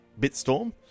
BitStorm